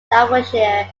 staffordshire